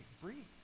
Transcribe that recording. Breathe